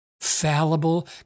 fallible